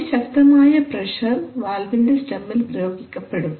അതിശക്തമായ പ്രഷർ വാൽവിന്റെ സ്റ്റെമിൽ ഉപയോഗിക്കപ്പെടും